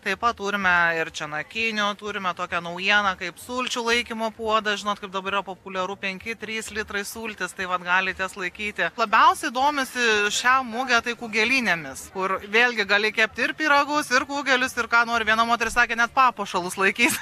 taip pat turime ir čenalinių turime tokią naujieną kaip sulčių laikymo puodą žinot kaip dabar populiaru penki trys litrai sultys tai vat galite laikyti labiausiai domisi šią mugę tai kugėlinėmis kur vėlgi gali kepti ir pyragus ir kugelis ir ką nori viena moteris sakė net papuošalus laikys